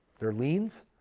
their liens,